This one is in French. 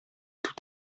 tout